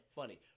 funny